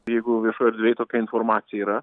jeigu viešoj erdvėj tokia informacija yra